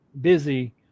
busy